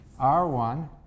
R1